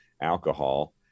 alcohol